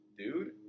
dude